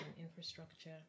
infrastructure